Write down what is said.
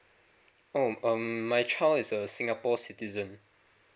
um um my child is a singapore citizen